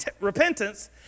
repentance